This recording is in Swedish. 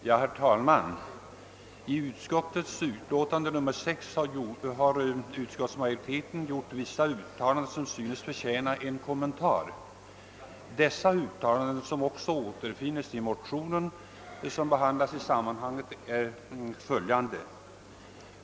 Herr talman! I utskottets utlåtande nr 6 har utskottsmajoriteten gjort vissa uttalanden som synes förtjäna en kommentar. Dessa uttalanden, som också återfinns i den motion, som behandlas i sammanhanget, är följande.